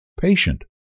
Patient